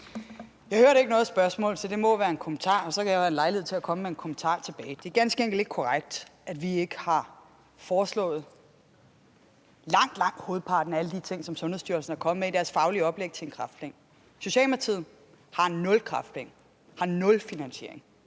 Jeg hørte ikke noget spørgsmål, så det må være en kommentar, og så kan jeg jo få lejlighed til at komme med en kommentar tilbage. Det er ganske enkelt ikke korrekt, at vi ikke har foreslået langt, langt hovedparten af alle de ting, som Sundhedsstyrelsen er kommet med i deres faglige oplæg til en kræftplan. Socialdemokratiet har nul kræftplaner, har nul finansiering.